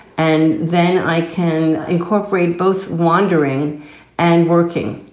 and then i can incorporate both wandering and working.